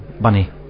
bunny